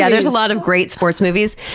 yeah there's a lot of great sports movies,